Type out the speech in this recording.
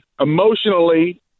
Emotionally